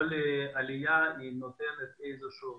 כל עלייה נותנת איזשהו